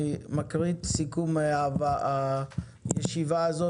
אני מקריא את סיכום הישיבה הזאת.